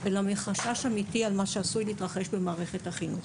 אלא מחשש אמיתי על מה שעשוי להתרחש במערכת החינוך.